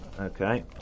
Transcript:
Okay